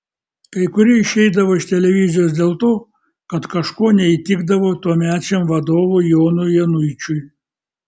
kai kurie išeidavo iš televizijos dėl to kad kažkuo neįtikdavo tuomečiam vadovui jonui januičiui